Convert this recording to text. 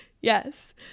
yes